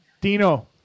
Dino